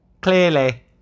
Clearly